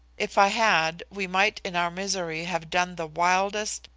if i had, we might in our misery have done the wildest,